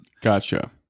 Gotcha